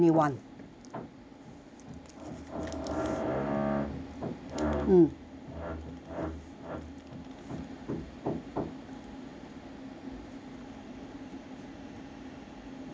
mm mm